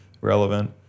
relevant